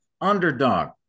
underdog